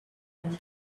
and